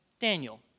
Daniel